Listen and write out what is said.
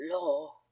Law